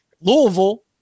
Louisville